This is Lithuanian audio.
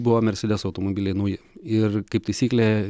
buvo mercedes automobiliai nauji ir kaip taisyklė